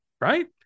Right